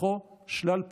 ובתוכו שלל פחיות.